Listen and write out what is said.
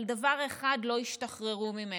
אבל דבר אחד לא השתחררו ממנו,